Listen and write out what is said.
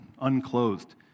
unclothed